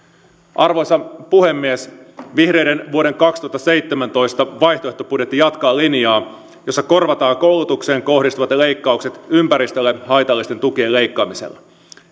arvoisa puhemies vihreiden vuoden kaksituhattaseitsemäntoista vaihtoehtobudjetti jatkaa linjaa jossa korvataan koulutukseen kohdistuvat leikkaukset ympäristölle haitallisten tukien leikkaamisella